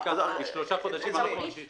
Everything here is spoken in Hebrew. יודעים שהפרקטיקה היא שלושה חודשים אמרנו: חצי שנה.